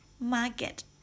market